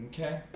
okay